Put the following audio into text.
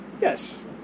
Yes